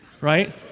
right